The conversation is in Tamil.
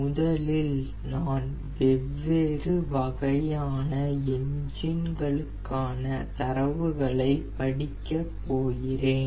முதலில் நான் வெவ்வேறு வகையான என்ஜின்களுக்கான தரவுகளை படிக்கப் போகிறேன்